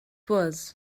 was